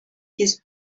his